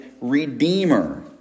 redeemer